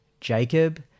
Jacob